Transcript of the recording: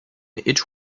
each